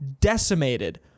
decimated